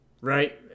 Right